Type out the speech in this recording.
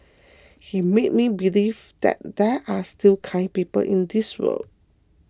he made me believe that there are still kind people in this world